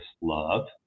love